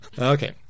Okay